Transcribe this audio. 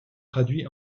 traduit